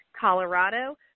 Colorado